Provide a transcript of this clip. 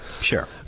sure